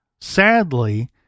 sadly